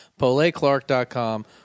Poleclark.com